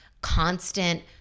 constant